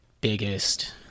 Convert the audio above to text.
biggest